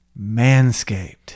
Manscaped